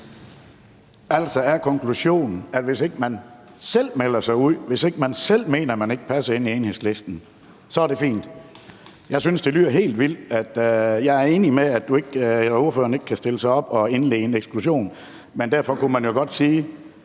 Altså er konklusionen, at hvis ikke man selv melder sig ud, og hvis ikke man selv mener, at man ikke passer i Enhedslisten, så er det fint. Jeg synes, det lyder helt vildt. Jeg er enig i, at ordføreren ikke kan stille sig op og indlede en eksklusion, men derfor kunne man jo godt sige: